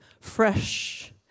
fresh